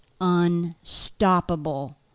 unstoppable